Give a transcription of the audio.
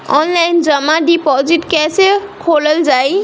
Online जमा deposit कैसे खोलल जाइ?